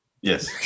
Yes